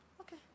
Okay